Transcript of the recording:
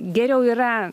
geriau yra